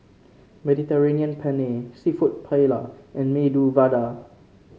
Mediterranean Penne seafood Paella and Medu Vada